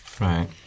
Right